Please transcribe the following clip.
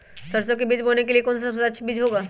सरसो के बीज बोने के लिए कौन सबसे अच्छा बीज होगा?